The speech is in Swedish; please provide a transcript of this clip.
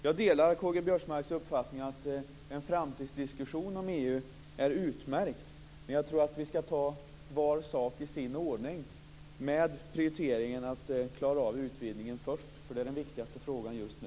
Jag delar K-G Biörsmarks uppfattning att en framtidsdiskussion om EU är utmärkt, men jag tror att vi ska ta var sak i sin ordning, med den prioriteringen att först klara utvidgningen, för det är den viktigaste frågan just nu.